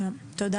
תודה.